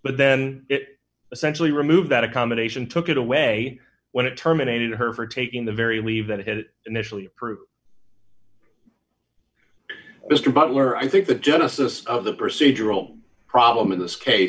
but then it essentially removed that a combination took it away when it terminated her for taking the very leave that it initially approved mr butler i think the genesis of the procedural problem in this case